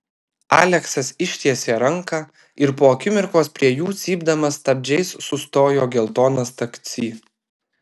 aleksas ištiesė ranką ir po akimirkos prie jų cypdamas stabdžiais sustojo geltonas taksi